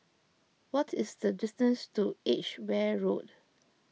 what is the distance to Edgeware Road